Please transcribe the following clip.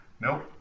nope